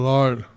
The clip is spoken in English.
Lord